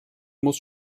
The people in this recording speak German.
muss